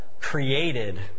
created